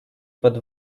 под